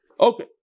Okay